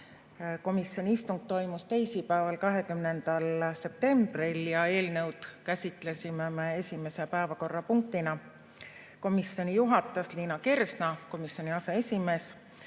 Komisjoni istung toimus teisipäeval, 20. septembril ja eelnõu käsitlesime me esimese päevakorrapunktina. Komisjoni juhatas Liina Kersna, komisjoni aseesimees,